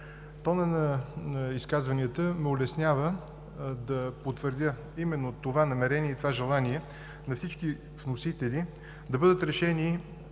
Тонът на изказванията ме улеснява да потвърдя именно това намерение и това желание на всички вносители – да бъдат решени